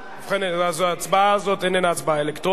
ובכן, ההצבעה הזאת איננה הצבעה אלקטרונית.